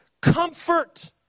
Comfort